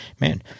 Man